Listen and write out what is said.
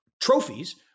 trophies